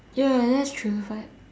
ya that's true but